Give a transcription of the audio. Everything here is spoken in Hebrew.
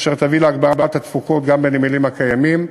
אשר תביא להגברת התפוקות גם בנמלים הקיימים,